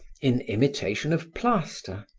in imitation of plaster,